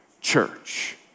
church